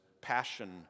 Passion